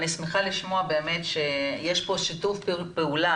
אני שמחה לשמוע באמת שיש פה שיתוף פעולה